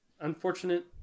unfortunate